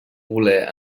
voler